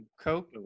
Coke